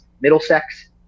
Middlesex